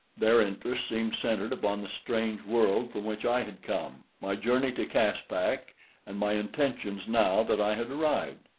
their interest seemed centered upon the strange world from which i had come, my journey to caspak and my intentions now that i had arrived.